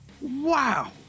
Wow